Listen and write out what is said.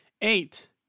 eight